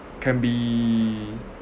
can be